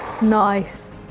Nice